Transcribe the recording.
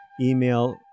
email